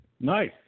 Nice